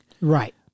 right